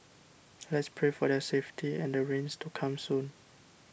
let's pray for their safety and the rains to come soon